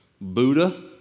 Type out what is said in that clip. Buddha